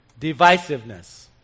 divisiveness